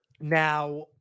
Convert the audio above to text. Now